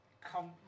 Come